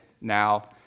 now